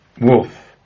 wolf